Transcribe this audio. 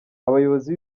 abayobozi